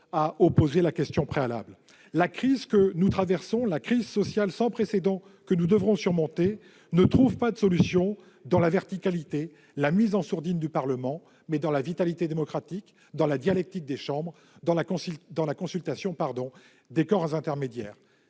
à opposer la question préalable. La crise sociale sans précédent que nous traversons, que nous devrons surmonter, trouvera ses solutions non dans la verticalité, dans la mise en sourdine du Parlement, mais dans la vitalité démocratique, dans la dialectique des chambres, dans la consultation des corps intermédiaires.